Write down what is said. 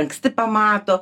anksti pamato